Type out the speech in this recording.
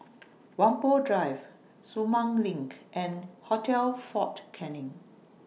Whampoa Drive Sumang LINK and Hotel Fort Canning